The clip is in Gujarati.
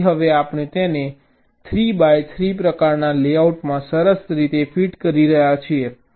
તેથી હવે આપણે તેને 3 બાય 3 પ્રકારના લેઆઉટમાં સરસ રીતે ફીટ કરી રહ્યા છીએ